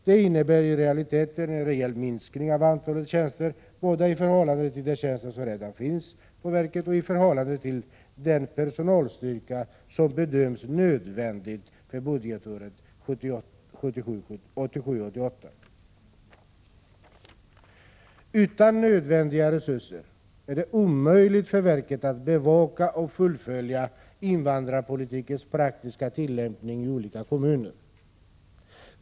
Det innebär i realiteten en reell minskning av antalet tjänster, både i förhållande till de tjänster som redan finns på verket och i förhållande till den personalstyrka som bedöms nödvändig för budgetåret 1987/88. Utan nödvändiga resurser är det omöjligt för verket att bevaka och fullfölja invandrarpolitikens praktiska tillämpning i olika kommuner.